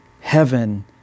Heaven